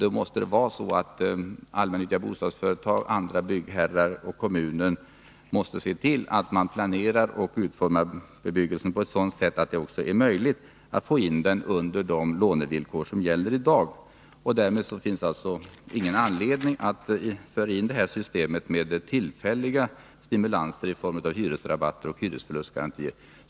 Då måste allmännyttiga bostadsföretag, andra byggherrar och kommunen se till att planera bostadsbyggandet så att det blir möjligt att tillämpa de lånevillkor som gäller i dag. Det finns alltså ingen anledning att införa ett system med tillfälliga stimulansåtgärder i form av hyresrabatter och hyresförlustgarantier.